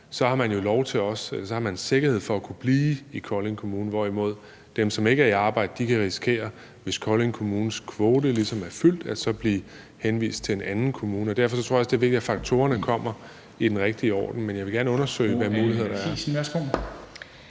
et arbejde i Kolding Kommune, har man sikkerhed for at kunne blive i Kolding Kommune, hvorimod dem, som ikke er i arbejde, kan risikere, hvis Kolding kommunes kvote ligesom er fyldt, så at blive henvist til en anden kommune. Derfor tror jeg også, det er vigtigt, at faktorerne kommer i den rigtige rækkefølge. Men jeg vil gerne undersøge, hvad mulighederne er.